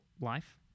Life